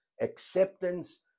acceptance